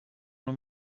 non